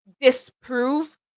disprove